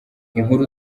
inkuru